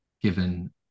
given